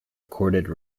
recorded